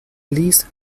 least